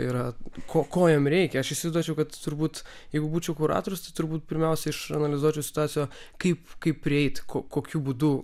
yra ko ko jam reikia aš įsivaizduočiau kad turbūt jeigu būčiau kuratorius tai turbūt pirmiausia išanalizuočiau situaciją kaip kaip prieiti ko kokiu būdu